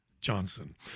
Johnson